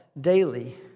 daily